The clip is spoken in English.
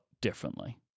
differently